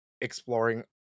exploring